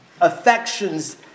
affections